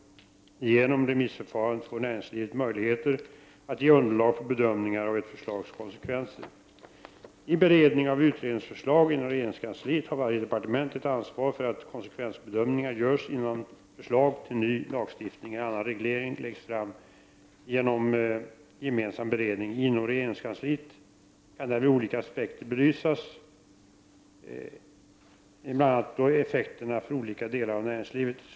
Genom remissförfarandet får näringslivet möjligheter att ge underlag för bedömningar av ett förslags konsekvenser. I beredningen av utredningsförslag inom regeringskansliet har varje departement ett ansvar för att konsekvensbedömningar görs innan förslag till ny lagstiftning eller annan reglering läggs fram. Genom gemensam beredning inom regeringskansliet kan därvid olika aspekter belysas, bl.a. då effekterna för olika delar av näringslivet.